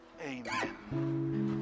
Amen